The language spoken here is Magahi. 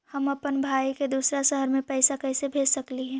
हम अप्पन भाई के दूसर शहर में पैसा कैसे भेज सकली हे?